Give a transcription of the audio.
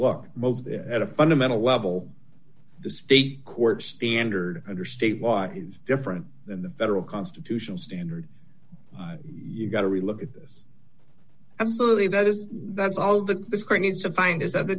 most at a fundamental level the state court standard under state law is different than the federal constitutional standard you've got to really look at this absolutely that is that's all that this crane is to find is that the